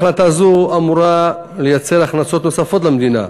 החלטה זו אמורה לייצר הכנסות נוספות למדינה,